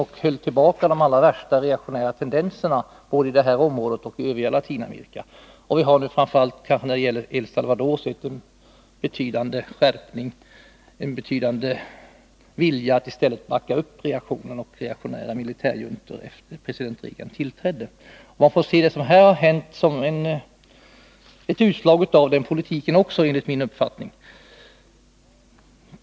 De allra värsta reaktionära tendenserna hölls tillbaka, både i detta område och i det övriga Latinamerika. Kanske framför allt när det gäller El Salvador har det efter president Reagans tillträde märkts en betydande vilja att stödja reaktionen och reaktionära militärjuntor. Enligt min uppfattning får man se även det som nu har hänt som ett utslag av denna politik.